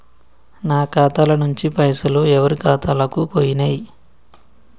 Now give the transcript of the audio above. నా ఖాతా ల నుంచి పైసలు ఎవరు ఖాతాలకు పోయినయ్?